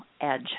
Edge